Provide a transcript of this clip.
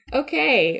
okay